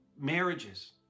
marriages